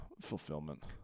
fulfillment